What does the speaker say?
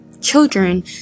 Children